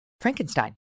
Frankenstein